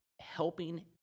helping